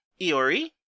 Iori